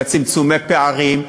לצמצומי פערים,